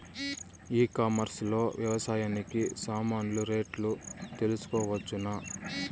ఈ కామర్స్ లో వ్యవసాయానికి సామాన్లు రేట్లు తెలుసుకోవచ్చునా?